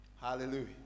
Hallelujah